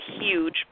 huge